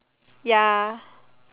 ya